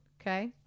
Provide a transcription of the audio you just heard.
okay